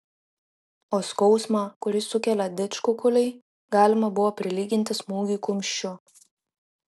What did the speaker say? o skausmą kurį sukelia didžkukuliai galima buvo prilyginti smūgiui kumščiu